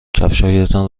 کفشهایتان